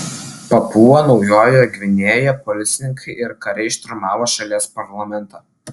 papua naujojoje gvinėjoje policininkai ir kariai šturmavo šalies parlamentą